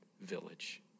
village